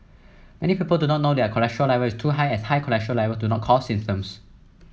many people do not know their cholesterol level is too high as high cholesterol level do not cause symptoms